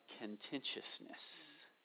contentiousness